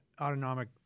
autonomic